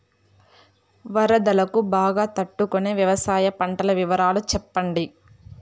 వరదలకు బాగా తట్టు కొనే వ్యవసాయ పంటల వివరాలు చెప్పండి?